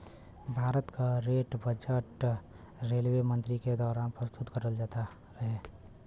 भारत क rail budget railway मंत्री के दवारा प्रस्तुत करल जात रहे